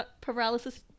paralysis